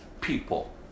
people